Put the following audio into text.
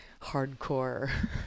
hardcore